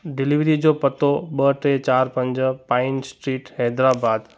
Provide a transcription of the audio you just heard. delivery जो पतो ॿ टे चार पंज पाइन स्ट्रीट हैदराबाद